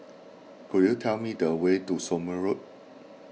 could you tell me the way to Somme Road